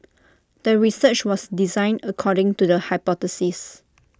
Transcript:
the research was designed according to the hypothesis